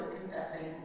confessing